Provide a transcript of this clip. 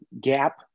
gap